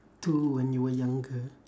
to when you were younger